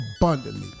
abundantly